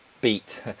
beat